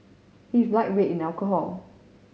he is a lightweight in alcohol